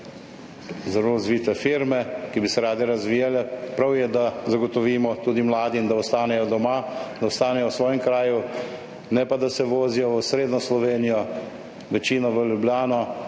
zelo razvite firme, ki bi se rade razvijale. Prav je, da zagotovimo tudi mladim, da ostanejo doma, da ostanejo v svojem kraju, ne pa da se vozijo v osrednjo Slovenijo, večina v Ljubljano.